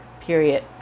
Period